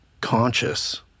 conscious